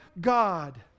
God